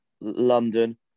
London